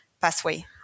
pathway